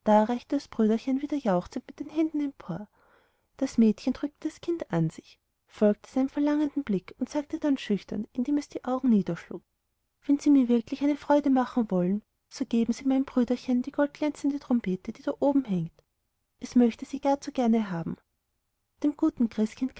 das brüderchen wieder jauchzend mit dem händchen empor das mädchen drückte das kind an sich folgte seinem verlangenden blick und sagte dann schüchtern indem es die augen niederschlug wenn sie mir wirklich eine freude machen wollen so geben sie meinem brüderchen die goldglänzende trompete die da oben hängt es möchte sie gar zu gern haben dem guten christkind